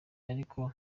ariko